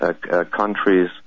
countries